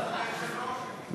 נכון, היושב-ראש?